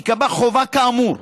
תיקבע חובה כאמור.